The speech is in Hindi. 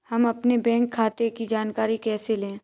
हम अपने बैंक खाते की जानकारी कैसे लें?